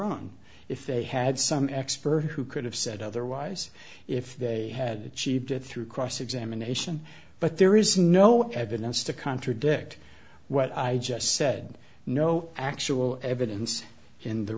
own if they had some expert who could have said otherwise if they had a cheap through cross examination but there is no evidence to contradict what i just said no actual evidence in the